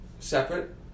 Separate